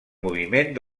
moviment